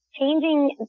changing